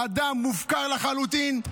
הוא אדם מופקר לחלוטין,